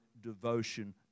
devotion